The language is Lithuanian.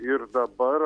ir dabar